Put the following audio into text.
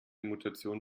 mutation